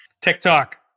TikTok